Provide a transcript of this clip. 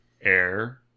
air